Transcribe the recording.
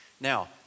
Now